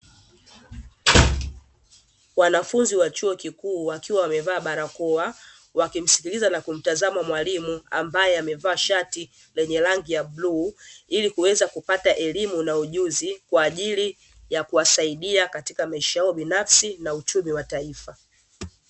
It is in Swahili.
Wanafunzi wa chuo kikuu wakiwa wamevaa barakoa, wakimsikiliza na kumtazama mwalimu ambaye amevaa shati lenye rangi ya bluu, ili kuweza kupata elimu na ujuzi kwa ajili ya kuwasaidia katika maisha yao binafsi na uchumi wa taifa.